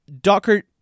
Docker